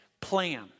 plan